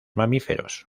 mamíferos